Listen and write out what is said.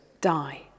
die